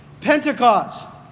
Pentecost